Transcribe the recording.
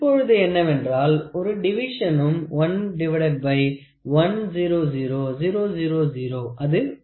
இப்பொழுது என்னவென்றால் ஒரு டிவிஷனும் 1100000 அது 0